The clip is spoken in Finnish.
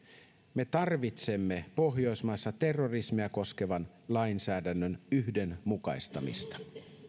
me tarvitsemme pohjoismaissa terrorismia koskevan lainsäädännön yhdenmukaistamista